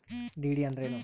DD ಅಂದ್ರೇನು?